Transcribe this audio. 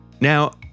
Now